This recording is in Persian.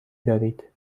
دارید